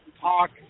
talk